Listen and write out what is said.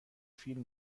فیلم